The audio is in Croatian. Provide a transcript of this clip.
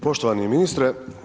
Poštovani ministre.